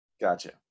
Gotcha